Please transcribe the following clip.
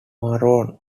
maroon